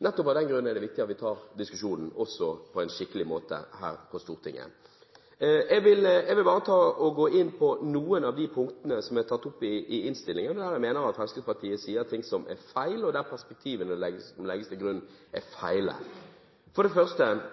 Nettopp av den grunn er det viktig at vi tar diskusjonen på en skikkelig måte også her i Stortinget. Jeg vil bare gå inn på noen av de